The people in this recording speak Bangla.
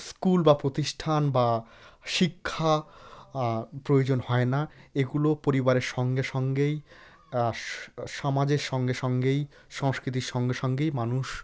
স্কুল বা প্রতিষ্ঠান বা শিক্ষা প্রয়োজন হয় না এগুলো পরিবারের সঙ্গে সঙ্গেই সমাজের সঙ্গে সঙ্গেই সংস্কৃতির সঙ্গে সঙ্গেই মানুষ